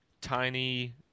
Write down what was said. Tiny